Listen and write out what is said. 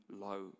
low